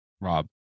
Rob